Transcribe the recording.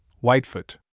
Whitefoot